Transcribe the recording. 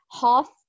half